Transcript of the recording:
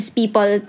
people